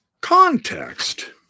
context